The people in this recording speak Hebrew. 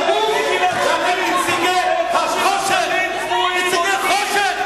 ואתם נציגי הכיבוש,